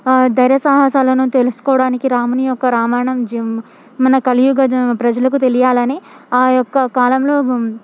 దైర్య సాహసాలను తెలుసుకోవడానికి రాముని యొక్క రామాయణం మన కలియుగ ప్రజలకు తెలియాలని ఆ యొక్క కాలంలో